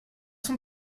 sont